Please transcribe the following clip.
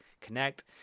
connect